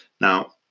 Now